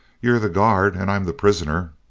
you're the guard and i'm the prisoner?